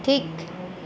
ᱴᱷᱤᱠ